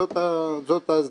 זאת ההצדקה.